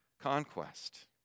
conquest